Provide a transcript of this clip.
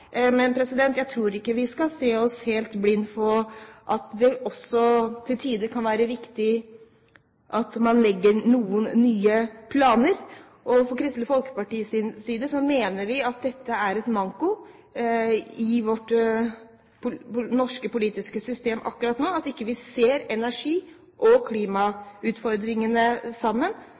men jeg tror ikke vi skal se oss helt blinde på at det også til tider kan være viktig at man legger noen nye planer. Fra Kristelig Folkepartis side mener vi at det er en manko i vårt norske politiske system akkurat nå at vi ikke ser energi- og klimautfordringene sammen.